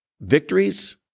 victories